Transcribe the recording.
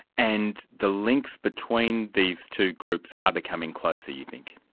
and the links between these two groups are becoming closer, you think?